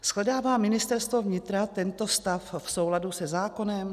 Shledává Ministerstvo vnitra tento stav v souladu se zákonem?